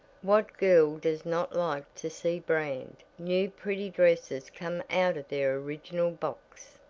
what girl does not like to see brand, new, pretty dresses come out of their original box?